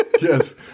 yes